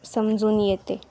समजून येते